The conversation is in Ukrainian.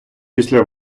після